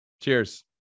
Cheers